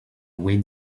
wind